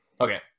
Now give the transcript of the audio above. Okay